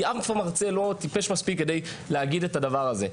כי אף מרצה לא טיפש מספיק כדי להגיד את הדבר הזה,